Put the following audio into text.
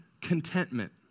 contentment